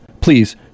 Please